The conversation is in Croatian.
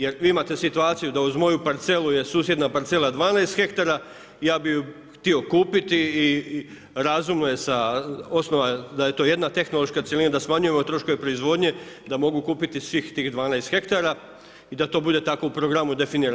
Jer vi imate situaciju da uz moju parcelu je susjedna parcela 12 hektara, ja bih ju htio kupiti i razumno je sa osnova da je to jedna tehnološka cjelina da smanjujemo troškove proizvodnje, da mogu kupiti svih tih 12 hektara i da to bude tako u programu definirano.